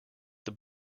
this